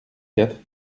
quatre